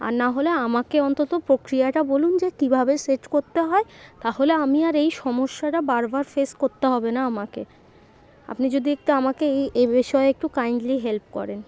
আর নাহলে আমাকে অন্তত প্রক্রিয়াটা বলুন যে কীভাবে সেট করতে হয় তাহলে আমি আর এই সমস্যাটা বারবার ফেস করতে হবে না আমাকে আপনি যদি একটু আমাকে এই এ বিষয়ে একটু কাইন্ডলি হেল্প করেন